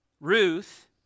Ruth